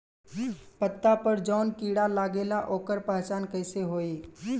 पत्ता पर जौन कीड़ा लागेला ओकर पहचान कैसे होई?